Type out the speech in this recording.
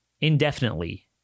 indefinitely